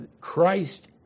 Christ